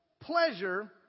Pleasure